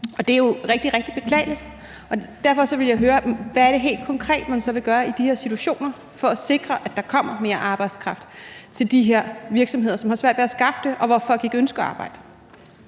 Det er jo rigtig, rigtig beklageligt. Derfor vil jeg høre, hvad det helt konkret er, man så vil gøre i de her situationer for at sikre, at der kommer mere arbejdskraft til de her virksomheder, som har svært ved at skaffe den, og hvor folk ikke ønsker at arbejde.